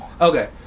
Okay